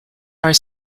are